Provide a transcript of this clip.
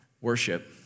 worship